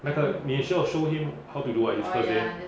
那个你需要 show him how to do what is cause